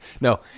No